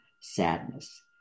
sadness